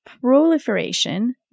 proliferation